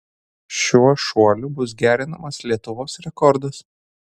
šiuo šuoliu bus gerinamas lietuvos rekordas